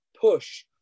push